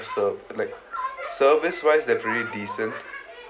ser~ like service wise they're very decent